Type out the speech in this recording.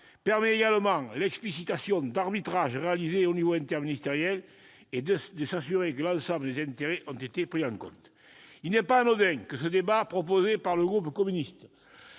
permet également l'explicitation d'arbitrages réalisés au niveau interministériel et de s'assurer que l'ensemble des intérêts ont été pris en compte. Il n'est pas anodin que ce débat proposé par le groupe communiste